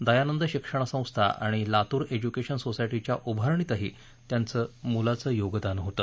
दयानंद शिक्षण संस्था आणि लातूर एज्यूकेशन सोसायटीच्या उभारणीतही त्यांचं योगदान होतं